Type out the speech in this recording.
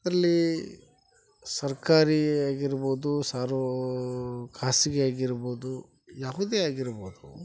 ಅದರಲ್ಲಿ ಸರ್ಕಾರಿ ಆಗಿರ್ಬೋದು ಸಾರ್ವ್ ಖಾಸಗಿ ಆಗಿರ್ಬೋದು ಯಾವುದೇ ಆಗಿರ್ಬೋದು